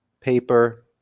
paper